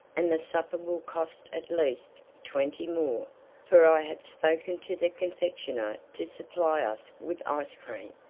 and the supper will cost at least twenty more for i have spoken to the confectioner to supply us with ice cream,